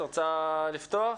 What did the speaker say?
את רוצה לפתוח?